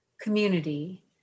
community